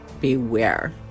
Beware